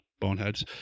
boneheads